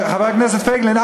חבר הכנסת פייגלין,